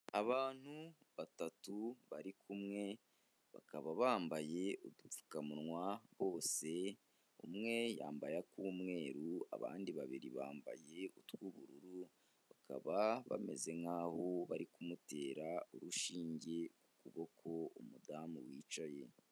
Abantu batatu bari kumwe, bakaba bambaye udupfukamunwa bose, umwe yambaye ak'umweru abandi babiri bambaye utw'ubururu, bakaba bameze nkaho bari kumutera urushinge ku kuboko, umudamu wicaye.